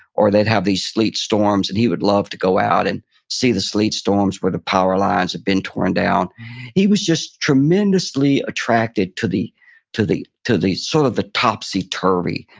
or they'd have these sleet storms, and he would love to go out and see the sleet storms where the power lines had been torn down he was just tremendously attracted to the to the to the sort of the topsy-turvy,